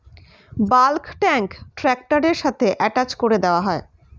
bulk tank ট্র্যাক্টরের সাথে attach করে দেওয়া হয়